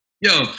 Yo